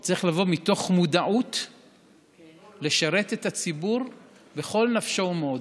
הוא צריך לבוא מתוך מודעות לשרת את הציבור בכל נפשו ומאודו.